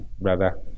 brother